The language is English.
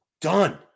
done